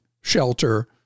shelter